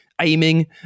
aiming